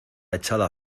echada